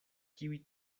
kiuj